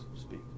speak